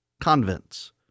convents